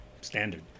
Standard